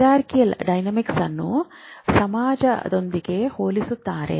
ಕ್ರಮಾನುಗತ ಡೈನಾಮಿಕ್ಸ್ ಅನ್ನು ಸಮಾಜದೊಂದಿಗೆ ಹೋಲಿಸಲಾಗುತ್ತದೆ